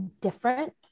different